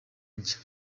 njye